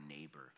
neighbor